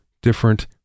different